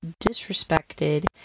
disrespected